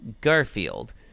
Garfield